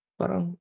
parang